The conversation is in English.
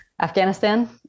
Afghanistan